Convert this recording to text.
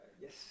yes